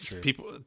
people